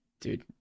dude